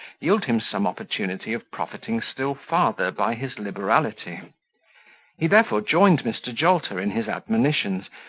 yield him some opportunity of profiting still farther by his liberality he therefore joined mr. jolter in his admonitions,